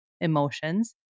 emotions